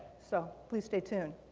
so please stay tuned.